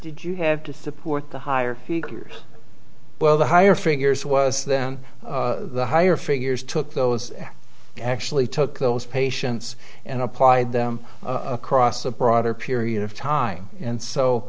did you have to support the higher figures well the higher figures was then the higher figures took those actually took those patients and applied them across a broader period of time and